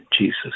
Jesus